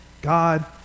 God